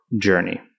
journey